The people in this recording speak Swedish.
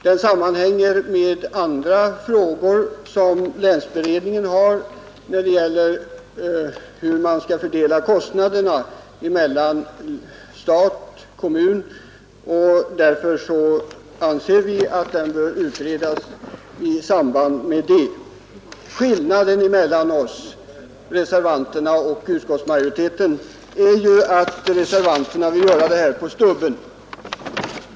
Den sammanhänger med andra frågor som länsberedningen sysslar med om hur man skall fördela kostnaderna mellan stat och kommun. Därför anser vi att den bör utredas i samband härmed. Skillnaden mellan reservanterna och utskottsmajoriteten är att reservanterna vill göra detta på stubben.